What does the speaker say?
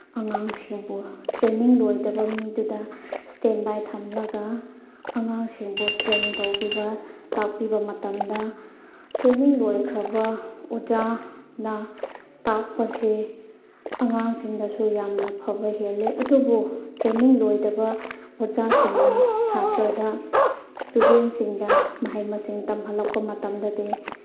ꯑꯉꯥꯡꯁꯤꯡꯕꯨ ꯇ꯭ꯔꯦꯅꯤꯡ ꯂꯣꯏꯗꯕ ꯃꯤꯗꯨꯗ ꯏꯁꯇꯦꯟ ꯕꯥꯏ ꯊꯝꯂꯒ ꯑꯉꯥꯡꯁꯤꯡꯕꯨ ꯇ꯭ꯔꯦꯟ ꯇꯧꯕꯤꯕ ꯇꯥꯛꯄꯤꯕ ꯃꯇꯝꯗ ꯇ꯭ꯔꯦꯅꯤꯡ ꯂꯣꯏꯈ꯭ꯔꯕ ꯑꯣꯖꯥꯅ ꯇꯥꯛꯄꯁꯤ ꯑꯉꯥꯡꯁꯤꯡꯗꯁꯨ ꯌꯥꯝꯅ ꯐꯕ ꯍꯦꯜꯂꯦ ꯑꯗꯨꯨꯕꯨ ꯇ꯭ꯔꯦꯅꯤꯡ ꯂꯣꯏꯗꯕ ꯑꯣꯖꯥꯁꯤꯡꯅ ꯁꯥꯇ꯭ꯔꯗ ꯏꯁꯇꯨꯗꯦꯟꯁꯤꯡꯗ ꯃꯍꯩ ꯃꯁꯤꯡ ꯇꯝꯍꯜꯂꯛꯄ ꯃꯇꯝꯗꯗꯤ